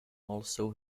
also